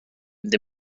the